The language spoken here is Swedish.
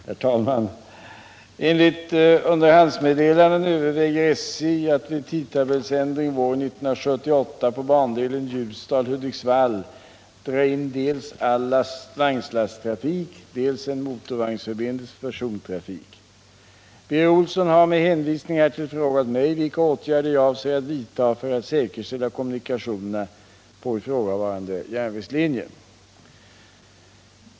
Herr talman! Enligt underhandsmeddelanden överväger SJ att vid tidtabellsändring våren 1978 på bandelen Ljusdal-Hudiksvall dra in dels all vagnslasttrafik, dels en motorvagnsförbindelse för persontrafik. Birger Olsson har med hänvisning härtill frågat mig vilka åtgärder jag avser att vidtaga för att säkerställa kommunikationerna på ifrågavarande järnvägslinje.